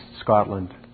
Scotland